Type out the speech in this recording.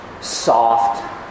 soft